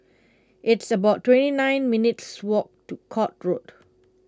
it's about twenty nine minutes' walk to Court Road